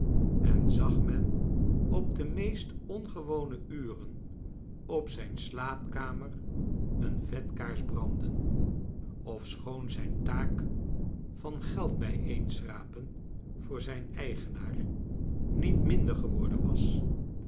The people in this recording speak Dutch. en zag men op de meest ongewone uren op zijn slaapkamer een vetkaars branden ofschoon zijn taak van geld bijeenschrapen voor zijn eigenaar niet minder geworden was